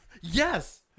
Yes